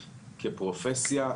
כפרופסיה,